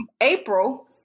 April